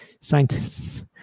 Scientists